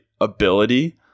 ability